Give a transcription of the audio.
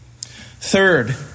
Third